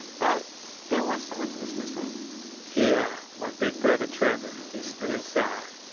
but there was someone who was missing yeah, my big brother trevor. he's still inside.